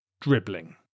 dribbling